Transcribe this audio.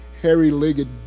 hairy-legged